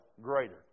greater